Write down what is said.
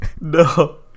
no